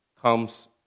comes